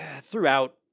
throughout